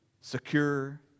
secure